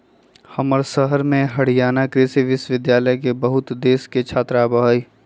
हमर शहर में हरियाणा कृषि विश्वविद्यालय में बहुत देश से छात्र आवा हई